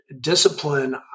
discipline